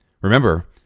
Remember